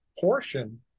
portion